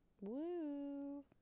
Woo